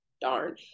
darn